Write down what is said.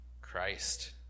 Christ